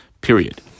period